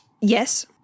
Yes